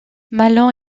malan